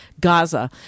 Gaza